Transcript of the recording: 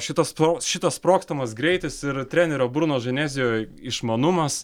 šitas to šitas sprogstamas greitis ir trenerio bruno ženezijo išmanumas